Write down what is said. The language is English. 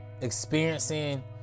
experiencing